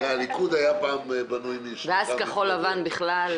הליכוד היה בנוי פעם משלוש מפלגות,